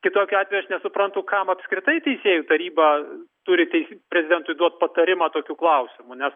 kitokiu atveju aš nesuprantu kam apskritai teisėjų taryba turi teisę prezidentui duoti patarimą tokių klausimų nes